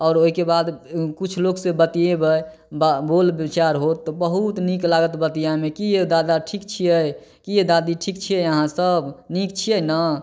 आओर ओइके बाद किछु लोगसँ बतिएबै बोल विचार होत तऽ बहुत नीक लागत बतिआइमे कि की यौ दादा ठीक छियै की ये दादी ठीक छियै अहाँ सब नीक छियै ने